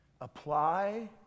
Apply